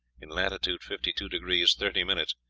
in latitude fifty-two degrees thirty minutes,